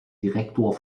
direktor